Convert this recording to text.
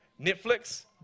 Netflix